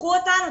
קחו אותנו,